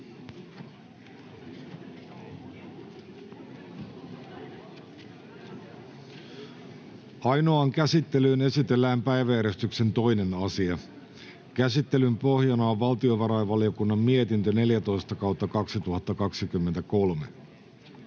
Ainoaan käsittelyyn esitellään päiväjärjestyksen 2. asia. Käsittelyn pohjana on valtiovarainvaliokunnan mietintö VaVM 14/2023